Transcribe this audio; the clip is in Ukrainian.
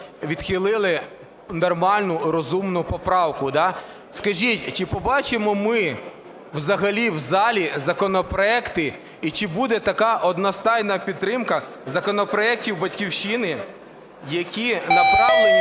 відхилили нормальну розумну поправку. Скажіть, чи побачимо ми взагалі в залі законопроекти і чи буде така одностайна підтримка законопроектів "Батьківщини", які направлені,